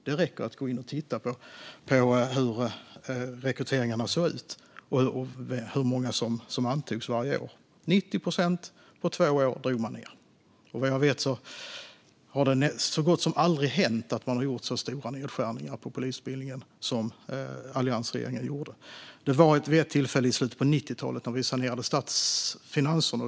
Det räcker att gå in och titta på hur rekryteringarna såg ut och hur många som antogs varje år. Man drog ned med 90 procent på två år. Vad jag vet har det så gott som aldrig hänt att man har gjort så stora nedskärningar på polisutbildningen som alliansregeringen gjorde. Det var vid ett tillfälle i slutet av 90-talet, när vi sanerade statsfinanserna.